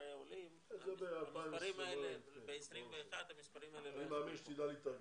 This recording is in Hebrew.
במספרי עולים ב-21' המספרים האלה לא --- אני מאמין שתדע להתארגן.